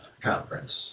conference